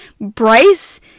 Bryce